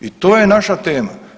I to je naša tema.